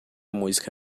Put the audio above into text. música